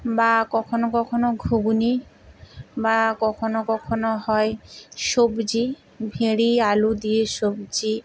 বা কখনও কখনও ঘুগনি বা কখনও কখনও হয় সবজি ভেড়ি আলু দিয়ে সবজি